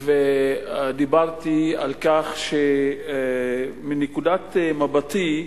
ודיברתי על כך שמנקודת מבטי,